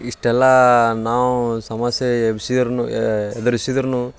ಇಷ್ಟೆಲ್ಲ ನಾವು ಸಮಸ್ಯೆ ಎಬ್ಸಿದ್ರು ಎದುರ್ಸಿದ್ರು